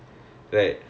mm mm